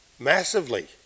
massively